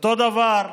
אותו דבר: